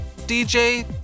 DJ